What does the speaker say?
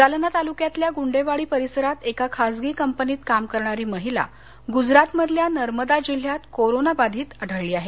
जालना तालुक्यातल्या गुंडेवाडी परिसरात एका खासगी कंपनीत काम करणारी महिला गुजरातमधल्या नर्मदा जिल्ह्यात कोरोना बाधित आढळली आहे